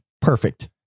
perfect